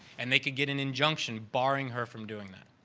and they could get an injunction barring her from doing that.